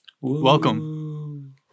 welcome